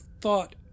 thought